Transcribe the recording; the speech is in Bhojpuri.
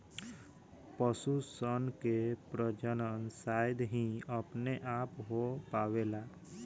पशु सन के प्रजनन शायद ही अपने आप हो पावेला